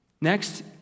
Next